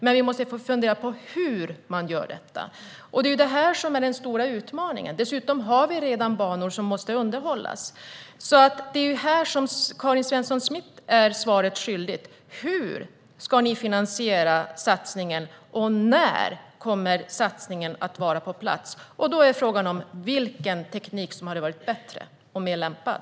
Men vi måste fundera på hur detta ska göras. Detta är den stora utmaningen. Dessutom har vi redan banor som måste underhållas. Här är Karin Svensson Smith svaret skyldig. Hur ska ni finansiera satsningen, och när kommer satsningen att vara på plats? Då är frågan vilken teknik som hade varit bättre och mer lämpad.